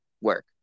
work